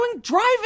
driving